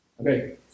Okay